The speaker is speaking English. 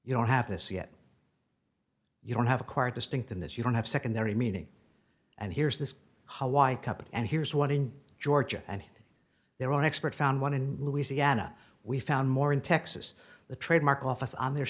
you don't have this yet you don't have a quite distinct in this you don't have secondary meaning and here's this couple and here's one in georgia and their own expert found one in louisiana we found more in texas the trademark office on their